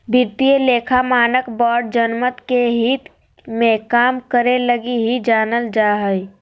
वित्तीय लेखा मानक बोर्ड जनमत के हित मे काम करे लगी ही जानल जा हय